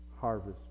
harvest